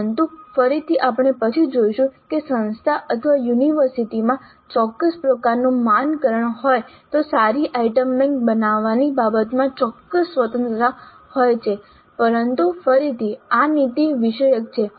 પરંતુ ફરીથી આપણે પછી જોઈશું કે સંસ્થા અથવા યુનિવર્સિટીમાં ચોક્કસ પ્રકારનું માનકકરણ હોય તો સારી આઇટમ બેંક બનાવવાની બાબતમાં ચોક્કસ સ્વતંત્રતા હોય છે પરંતુ ફરીથી આ નીતિ વિષયક છે